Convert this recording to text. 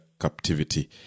captivity